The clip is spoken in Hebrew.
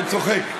אני צוחק.